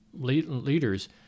leaders